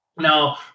Now